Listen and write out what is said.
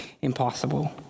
impossible